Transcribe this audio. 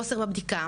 חוסר בבדיקה,